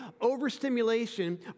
overstimulation